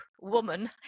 woman